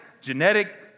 Genetic